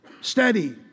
steady